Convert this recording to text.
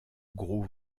gros